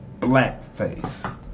blackface